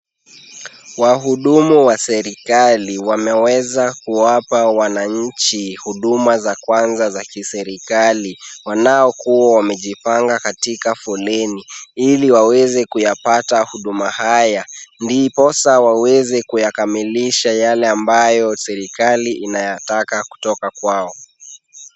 Wahudumu wa serikali wameweza kuwapa wananchi huduma za kwanza za kiserikali wanaokuwa wamejipanga katika foleni ili waweze kuyapata huduma haya ndiposa waweze kuyakamilisha yale ambayo serikali inayataka kutoka kwao.